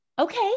okay